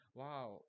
wow